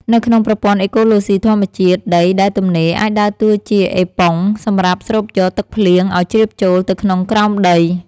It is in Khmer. នៅក្នុងប្រព័ន្ធអេកូឡូស៊ីធម្មជាតិ ដីដែលទំនេរអាចដើរតួជា អេប៉ុង សម្រាប់ស្រូបយកទឹកភ្លៀងឱ្យជ្រាបចូលទៅក្នុងក្រោមដី។